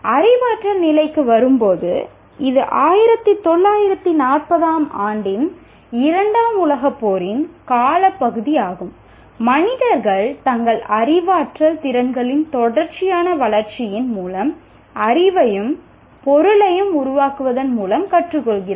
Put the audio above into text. அறிவாற்றல் நிலைக்கு வரும்போது இது 1940 ஆம் ஆண்டின் இரண்டாம் உலகப் போரின் காலப்பகுதியாகும் மனிதர்கள் தங்கள் அறிவாற்றல் திறன்களின் தொடர்ச்சியான வளர்ச்சியின் மூலம் அறிவையும் பொருளையும் உருவாக்குவதன் மூலம் கற்றுக்கொள்கிறார்கள்